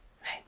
right